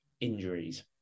injuries